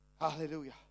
hallelujah